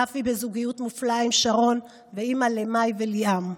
אף היא בזוגיות מופלאה עם שרון ואימא למאי וליאם.